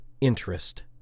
interest